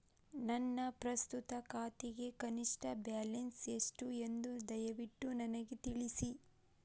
ನನ್ನ ಪ್ರಸ್ತುತ ಖಾತೆಗೆ ಕನಿಷ್ಟ ಬ್ಯಾಲೆನ್ಸ್ ಎಷ್ಟು ಎಂದು ದಯವಿಟ್ಟು ನನಗೆ ತಿಳಿಸಿ